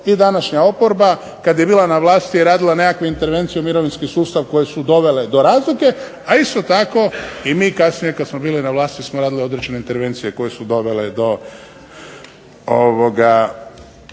i današnja oporba kada je bila na vlasti je radila nekakvu intervenciju u mirovinski sustav koje su dovele do razlike, a isto tako i mi kasnije kad smo bili na vlasti smo radili određene intervencije koje su dovele do